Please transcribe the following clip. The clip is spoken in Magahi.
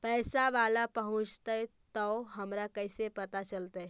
पैसा बाला पहूंचतै तौ हमरा कैसे पता चलतै?